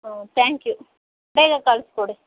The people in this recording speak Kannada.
ಹ್ಞೂ ತ್ಯಾಂಕ್ ಯು ಬೇಗ ಕಳಿಸ್ಕೊಡಿ